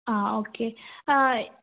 ആ ഓക്കെ